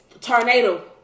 tornado